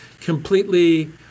completely